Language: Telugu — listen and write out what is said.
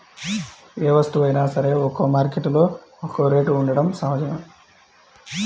ఏ వస్తువైనా సరే ఒక్కో మార్కెట్టులో ఒక్కో రేటు ఉండటం సహజమే